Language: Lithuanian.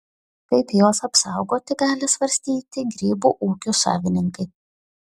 kaip juos apsaugoti gali svarstyti grybų ūkių savininkai